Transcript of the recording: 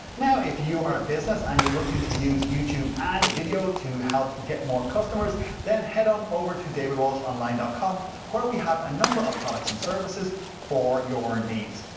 now, if you are business and you're looking to use youtube and video to help get more customers then head on over to davidwalshonline dot com where we have a number of products and services for your needs.